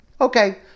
Okay